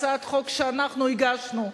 הצעת החוק שאנחנו הגשנו,